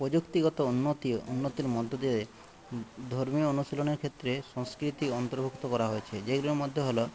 প্রযুক্তিগত উন্নতি উন্নতির মধ্য দিয়ে ধর্মীয় অনুশীলনের ক্ষেত্রে সংস্কৃতি অন্তর্ভুক্ত করা হয়েছে যেগুলোর মধ্যে হলো